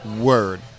Word